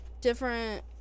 different